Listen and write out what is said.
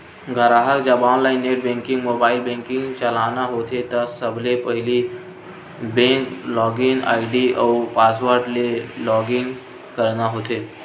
गराहक जब online net banking, mobile banking चलाना होथे त सबले पहिली बेंक लॉगिन आईडी अउ पासवर्ड ले लॉगिन करना होथे